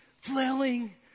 flailing